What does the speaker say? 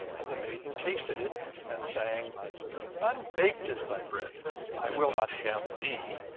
and the maiden tasted it and sang unbaked is thy bread i will not have thee,